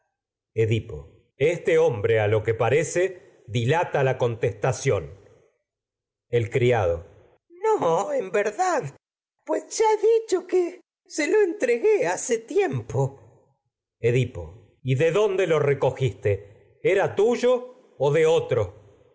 decirla edipo este hombre a lo que parece dilata la con testación el criado no en verdad pues ya he dicho que se lo entregué hace tiempo edipo otro el y de dónde lo recogiste era tuyo o de